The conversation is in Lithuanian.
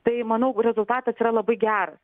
tai manau rezultatas yra labai geras